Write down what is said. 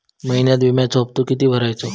महिन्यात विम्याचो हप्तो किती भरायचो?